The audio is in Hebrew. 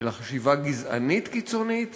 אלא חשיבה גזענית קיצונית